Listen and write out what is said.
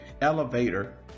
elevator